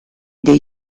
dei